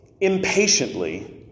impatiently